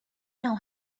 know